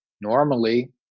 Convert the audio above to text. Normally